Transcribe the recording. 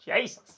Jesus